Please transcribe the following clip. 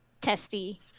testy